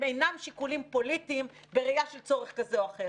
אינם שיקולים פוליטיים בראייה של צורך כזה או אחר.